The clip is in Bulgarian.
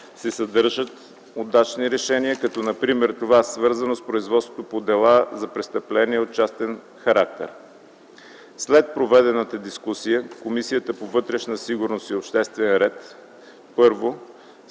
съдържат удачни решения като например това, свързано с производството по дела за престъпления от частен характер. След проведената дискусия Комисията по вътрешна сигурност и обществен ред: